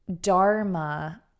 Dharma